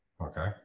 Okay